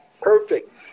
Perfect